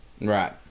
Right